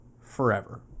forever